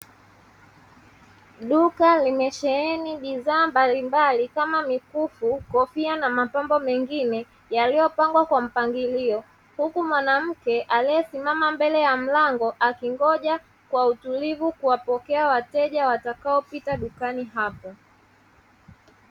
Duka limesheheni bidhaa mbalimbali kama mifuko, kofia na mapambo mengine. Yaliyopangwa kwa mpangalio, huku mwanamke aliyesimama mbele ya mlango akingoja kwa utulivu kuwapokea wateja watakaofika dukani hapo.